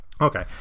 Okay